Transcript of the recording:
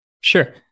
Sure